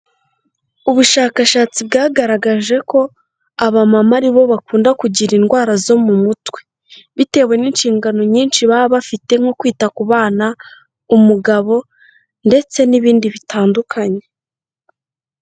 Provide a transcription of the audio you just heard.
Ubushakashatsi bwagaragaje ko abamama aribo bakunda kugira indwara zo mu mutwe, bitewe n'inshingano nyinshi baba bafite; nko kwita ku bana, umugabo ndetse n'ibindi bitandukanye.